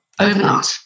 overnight